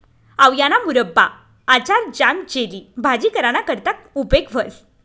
आवयाना मुरब्बा, आचार, ज्याम, जेली, भाजी कराना करता उपेग व्हस